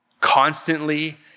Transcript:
constantly